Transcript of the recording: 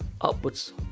upwards